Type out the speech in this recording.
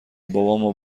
بابامو